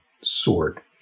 sword